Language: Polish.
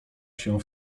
się